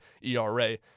ERA